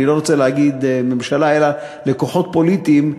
אני לא רוצה להגיד ממשלה אלא כוחות פוליטיים,